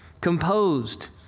composed